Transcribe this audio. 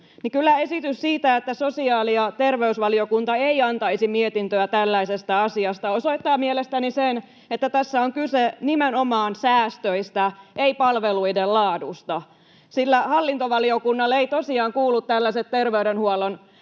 esitys siitä, että sosiaali- ja terveysvaliokunta ei antaisi mietintöä tällaisesta asiasta, osoittaa mielestäni sen, että tässä on kyse nimenomaan säästöistä, ei palveluiden laadusta, sillä hallintovaliokunnalle ei tosiaan kuulu tällaiset terveydenhuollon